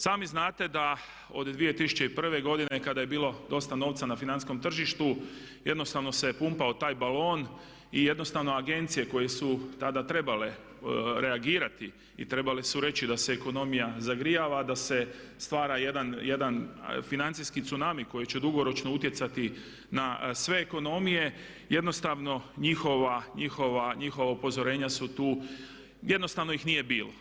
Sami znate da od 2001. godine kada je bilo dosta novca na financijskom tržištu jednostavno se pumpao taj balon i jednostavno agencije koje su tada trebale reagirati i trebale su reći da se ekonomija zagrijava, da se stvara jedan financijski tsunami koji će dugoročno utjecati na sve ekonomije jednostavno njihova upozorenja jednostavno ih nije bilo.